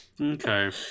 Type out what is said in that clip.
Okay